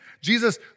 Jesus